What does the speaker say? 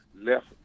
left